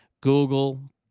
Google